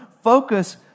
focus